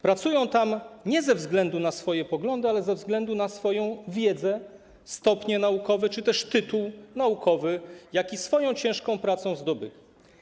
Pracują tam nie ze względu na swoje poglądy, ale ze względu na swoją wiedzę, stopnie naukowe czy też tytuł naukowy, jaki swoją ciężką pracą zdobyli.